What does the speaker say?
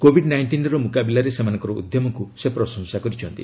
Covid ନାଇଷ୍ଟିନ୍ର ମୁକାବିଲାରେ ସେମାନଙ୍କର ଉଦ୍ୟମକୁ ସେ ପ୍ରଶଂସା କରିଛନ୍ତି